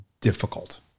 difficult